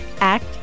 Act